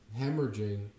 hemorrhaging